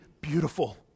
beautiful